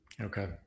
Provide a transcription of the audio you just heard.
Okay